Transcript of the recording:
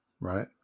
right